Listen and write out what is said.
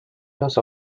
los